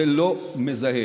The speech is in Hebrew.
כי זה לא מזהם.